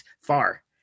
far